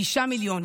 שישה מיליון.